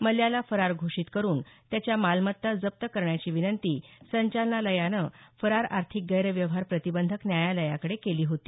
मल्ल्याला फरार घोषित करुन त्याच्या मालमत्ता जप्त करण्याची विनंती संचालनालयानं फरार आर्थिक गैरव्यवहार प्रतिबंधक न्यायालयाकडे केली होती